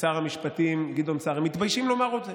ושר המשפטים גדעון סער, הם מתביישים לומר את זה.